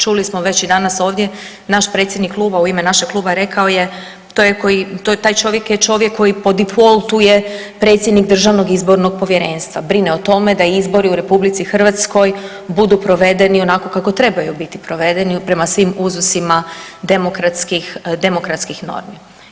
Čuli smo već i danas ovdje naš predsjednik kluba u ime našeg kluba rekao je to je ko i, taj čovjek je čovjek koji po defaultu je predsjednik Državnog izbornog povjerenstva, brine o tome da izbori u RH budu provedeni onako kako trebaju biti provedeni prema svim uzusima demokratskih, demokratskih normi.